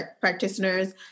practitioners